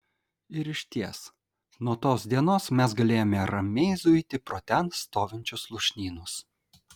ir išties nuo tos dienos mes galėjome ramiai zuiti pro ten stovinčius lūšnynus